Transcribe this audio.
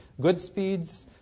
Goodspeeds